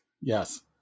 Yes